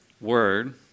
word